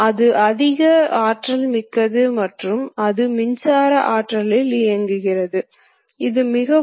இதேபோல் circular interpolation இருந்தால் தொடக்க நேரத்தை கேட்க வேண்டும் என்னை மன்னிக்கவும்